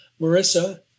Marissa